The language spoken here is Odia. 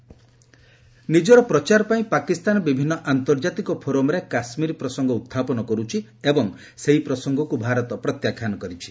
ଇଣ୍ଡିଆ ପାକ୍ ନିଜର ପ୍ରଚାର ପାଇଁ ପାକିସ୍ଥାନ ବିଭିନ୍ନ ଆର୍ନ୍ତଜାତିକ ଫୋରମ୍ରେ କାଶ୍ୱୀର ପ୍ରସଙ୍ଗ ଉତ୍ଥାପନ କର୍ଚ୍ଛି ଏବଂ ଏହି ପ୍ରସଙ୍ଗକ୍ ଭାରତ ପ୍ରତ୍ୟାଖ୍ୟାନ କରିଛି